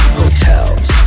hotels